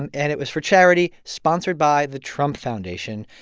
and and it was for charity, sponsored by the trump foundation.